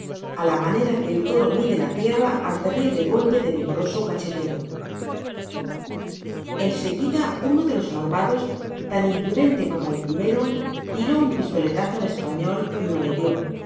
á la manera que el toro mide la tierra al terrible golpe de vigoroso cachetero en seguida uno de los malvados tan impu dente como el primero tiró un pistoletazo al español no le dio